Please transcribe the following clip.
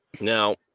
Now